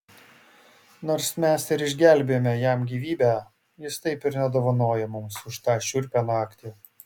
nors mes ir išgelbėjome jam gyvybę jis taip ir nedovanojo mums už tą šiurpią naktį